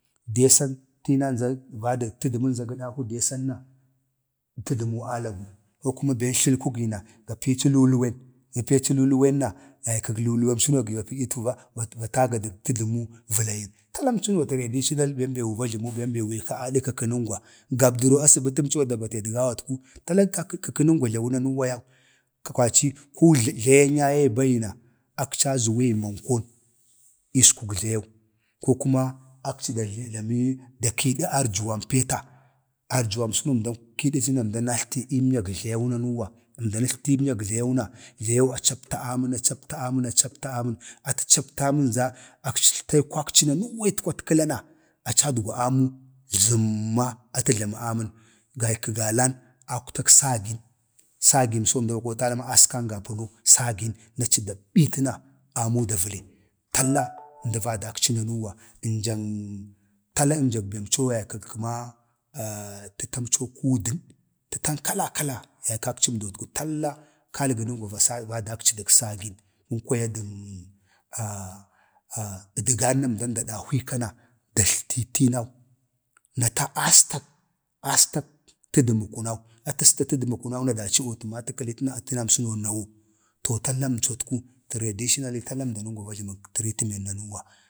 ﻿deesan tinan za vadak tədəmən na ga dahuu deesan na tədəmu alagu. kokuma ben tləlkugi na ga pii leu luluwen, ga peci lulu wenna, yaykəg luluwensəno vataga dək tədəmu va vəlayim. tala əmcəno traditional bem be wa va jlamu bee wii ka alik kəkənəngwa, gabdari asbətəm co da bate i gawatku, tala kəkənəngwa jlawu nanuuwa yau kwaci ko jlayan yaye bagi na, akci azuwegi mankon iskug jlayuu, kokuma akci da jləmə da kidi arjuwan peta arjuwamsəəno əmdan kiidici na əmdan atlətemnyan jlayau na jlayau acaptu, amən a captu amən acaptu acaptan amən. atə captə amənza akci ətlə aikwak ci nanuweet kwatkəla na akci adgwag amən jləmma, atə jlamə amən daci galan akwtak sagin, sagimso əmda va kootala ma askan gapəno, sagin aci da bitəna amu da vəla tala əmda va dakci nanuuwa, ənjan tala ənjan bəmco yau kən kamaa tətamco kuudən tətan kala kala, yaykakcim dotku talla kalgənəngwa va sa va dakci dək sagin, pan kwaya dən ədgan na əmdan da dahwi ii aka na datlti tiinau atəstə tədəmə kunau na daci tinamsəno nawu, əmdootku traditional əmdanangu, tala va jləmək treatment nanuwa,